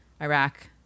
Iraq